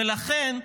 ולכן,